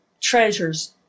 treasures